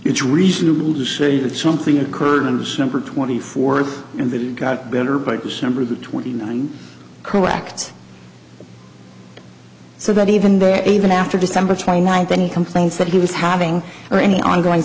it's reasonable to say that something occurred in december twenty fourth and that got better by december the twenty nine correct so that even that even after december twenty ninth when he complains that he was having or any ongoing